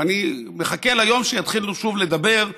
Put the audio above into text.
ואני מחכה ליום שיתחילו שוב לדבר,